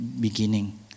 beginning